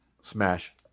Smash